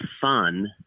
Fun